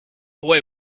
boy